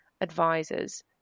advisors